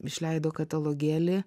išleido katalogėlį